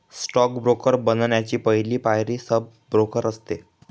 stock broker बनण्याची पहली पायरी सब ब्रोकर असते